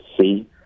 see